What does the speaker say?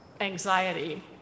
anxiety